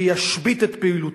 ישבית את פעילותם,